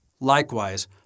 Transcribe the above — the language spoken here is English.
Likewise